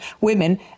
women